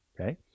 okay